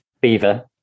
Beaver